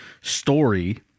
story